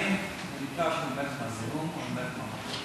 האם הוא נפטר בגלל הזיהום או מת ממחלה?